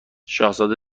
شاهزاده